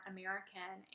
American